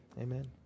Amen